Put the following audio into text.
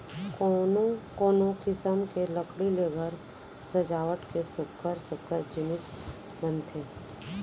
कोनो कोनो किसम के लकड़ी ले घर सजावट के सुग्घर सुग्घर जिनिस बनथे